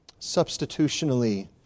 Substitutionally